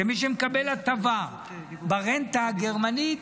שמי שמקבל הטבה ברנטה הגרמנית,